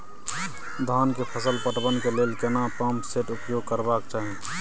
धान के फसल पटवन के लेल केना पंप सेट उपयोग करबाक चाही?